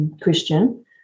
Christian